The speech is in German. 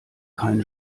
kein